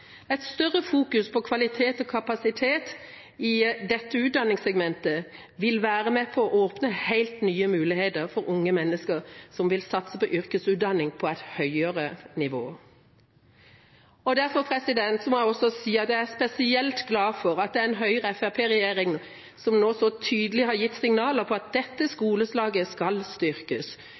Et større fokus på kvalitet og kapasitet i dette utdanningssegmentet vil være med på å åpne helt nye muligheter for unge mennesker som vil satse på yrkesutdanning på et høyere nivå. Derfor er jeg spesielt glad for at det er en Høyre-Fremskrittsparti-regjering som så tydelig har gitt signaler om at dette skoleslaget skal styrkes,